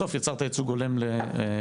בסוף יצרת ייצוג הולם לכולם.